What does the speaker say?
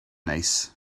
neis